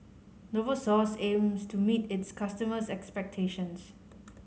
Novosource aims to meet its customers' expectations